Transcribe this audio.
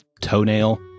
toenail